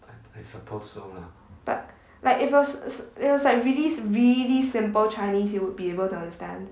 but like if it was it was like really really simple chinese he would be able to understand